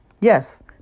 Yes